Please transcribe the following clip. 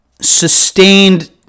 sustained